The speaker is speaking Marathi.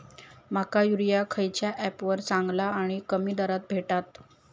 माका युरिया खयच्या ऍपवर चांगला आणि कमी दरात भेटात?